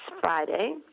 Friday